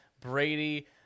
Brady